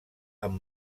amb